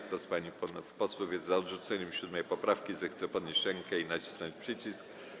Kto z pań i panów posłów jest za odrzuceniem 7. poprawki, zechce podnieść rękę i nacisnąć przycisk.